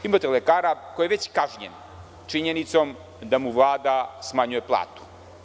Imate lekara koji je već kažnjen činjenicom da mu Vlada smanjuje platu.